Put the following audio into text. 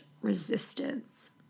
resistance